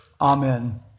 Amen